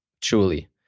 truly